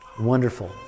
wonderful